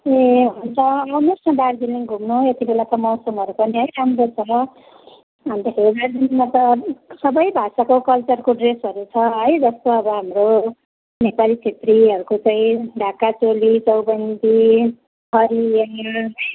ए हुन्छ आउनुहोस् न दार्जिलिङ घुम्नु यति बेला त मौसमहरू पनि है राम्रो छ अन्तखेरि दार्जिलिङमा त सबै भाषाको कल्चरको ड्रेसहरू छ है जस्तो अब हाम्रो नेपाली छेत्रीहरूको चाहिँ ढाका चोली चौबन्दी फरिया है